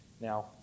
Now